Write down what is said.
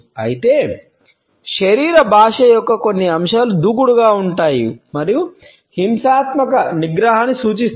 అయితే శరీర భాష యొక్క కొన్ని అంశాలు దూకుడుగా ఉంటాయి మరియు హింసాత్మక నిగ్రహాన్ని సూచిస్తాయి